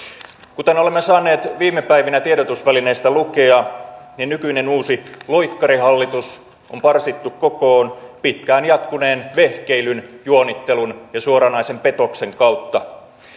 kuten olemme saaneet viime päivinä tiedotusvälineistä lukea niin nykyinen uusi loikkarihallitus on parsittu kokoon pitkään jatkuneen vehkeilyn juonittelun ja suoranaisen petoksen kautta